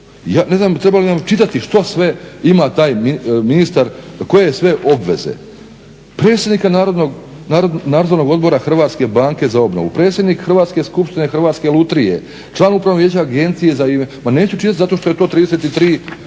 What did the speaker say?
Ne znam treba li vam čitati što sve ima taj ministar, koje sve obveze, predsjednika Nadzornog odbora Hrvatske banke za obnovu, predsjednik Hrvatske skupštine Hrvatske lutrije, član Upravnog vijeća Agencije za, ma neću čitati zato što je to 33.